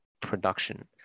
production